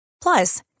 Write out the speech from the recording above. Plus